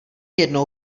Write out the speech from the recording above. jednou